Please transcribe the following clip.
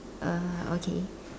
uh okay